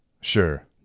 Sure